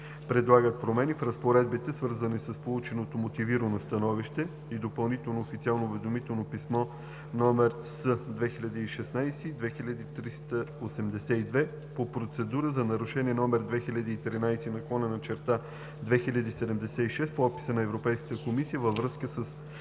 предлагат промени в разпоредбите, свързани с полученото мотивирано становище и допълнително Официално уведомително писмо № С(2016) 2382 по процедура за Нарушение № 2013/2076 по описа на Европейската комисия във връзка с